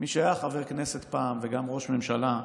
מי שהיה חבר כנסת פעם וגם ראש ממשלה,